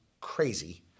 crazy